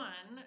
One